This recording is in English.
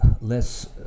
less